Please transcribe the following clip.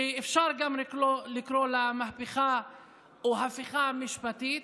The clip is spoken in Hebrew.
שאפשר גם לקרוא לה מהפכה או הפיכה משפטית,